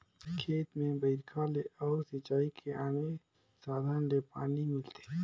खेत में बइरखा ले अउ सिंचई के आने साधन ले पानी मिलथे